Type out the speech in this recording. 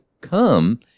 come